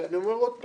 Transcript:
ואני אומר עוד פעם,